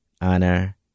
honor